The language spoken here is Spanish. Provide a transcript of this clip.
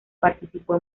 participó